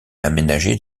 aménagée